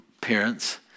parents